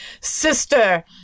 sister